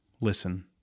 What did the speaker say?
listen